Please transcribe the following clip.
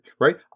right